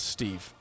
Steve